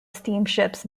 steamships